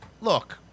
look